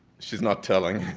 she's not telling.